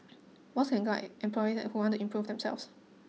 boss can guide employee that who want to improve themselves